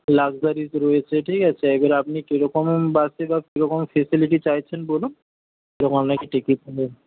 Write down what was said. luxuries রয়েছে ঠিক আছে এবারে আপনি কিরকম বাসে বা কিরকম ফেসিলিটি চাইছেন বলুন